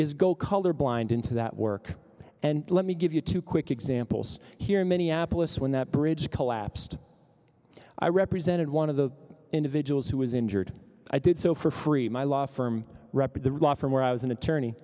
is go colorblind into that work and let me give you two quick examples here in minneapolis when that bridge collapsed i represented one of the individuals who was injured i did so for free my law firm represented law firm where i was an attorney